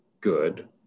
good